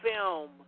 film